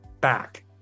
back